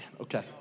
Okay